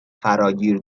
فراگیر